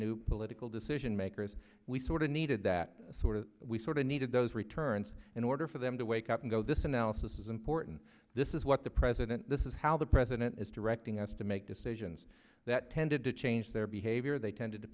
new political decision makers we sort of needed that sort of we sort of needed those returns in order for them to wake up and go this analysis is important this is what the president this is how the president is directing us to make decisions that tended to change their behavior they tended to